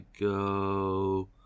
go